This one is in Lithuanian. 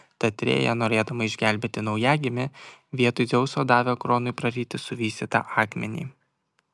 tad rėja norėdama išgelbėti naujagimį vietoj dzeuso davė kronui praryti suvystytą akmenį